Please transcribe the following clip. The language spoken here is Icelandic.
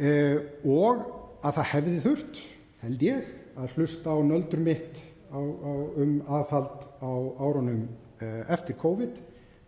Og það hefði þurft, held ég, að hlusta á nöldur mitt um aðhald á árunum eftir Covid